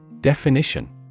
Definition